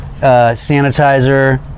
sanitizer